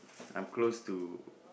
I'm close to